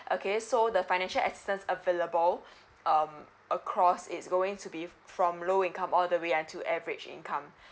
okay so the financial assistance available um across it's going to be from low income all the way until average income